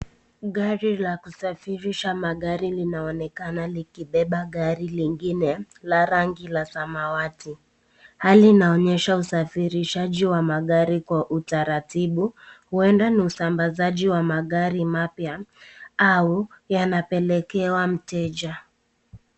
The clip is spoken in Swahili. Gari la kusafirisha magari linaonekana likibeba gari lingine la rangi la samawati. Hali inaonyesha usafirishaji wa magari kwa utaratibu, uenda ni usambazaji wa magari mapya, au yanapelekewa mteja.